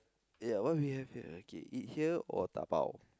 yeah what we have here okay eat here or dabao